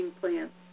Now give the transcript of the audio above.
plants